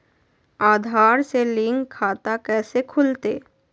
आधार से लिंक खाता कैसे खुलते?